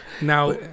Now